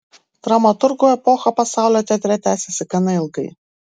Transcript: dramaturgo epocha pasaulio teatre tęsėsi gana ilgai